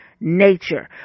nature